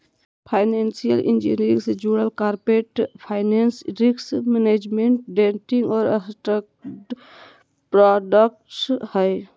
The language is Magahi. फाइनेंशियल इंजीनियरिंग से जुडल corporate finance, risk management, trading और स्ट्रक्चर्ड प्रॉडक्ट्स हय